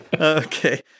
Okay